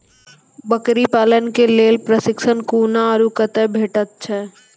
बकरी पालन के लेल प्रशिक्षण कूना आर कते भेटैत छै?